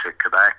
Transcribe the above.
Quebec